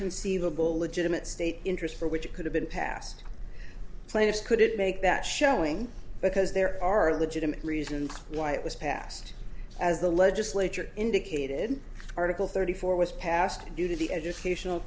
conceivable legitimate state interest for which it could have been passed plaintiff's couldn't make that showing because there are legitimate reasons why it was passed as the legislature indicated article thirty four was passed due to the educational